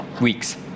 weeks